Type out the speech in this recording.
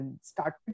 started